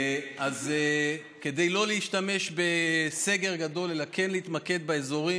אז כדי לא להשתמש בסגר גדול אלא כן להתמקד באזורים